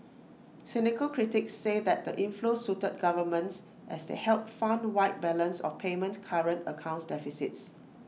cynical critics say that the inflows suited governments as they helped fund wide balance of payment current accounts deficits